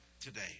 today